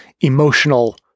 emotional